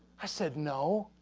i said, no.